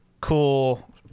cool